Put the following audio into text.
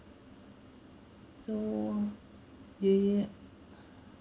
so ya